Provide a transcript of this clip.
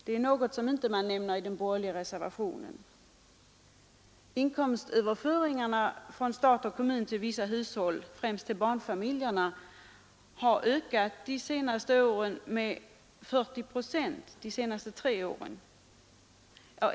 Det är något som man inte nämner i den borgerliga reservationen. Inkomstöverföringarna från stat och kommun till vissa hushåll, främst barnfamiljerna, har ökat med nästan 40 procent de senaste tre åren.